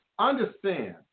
Understand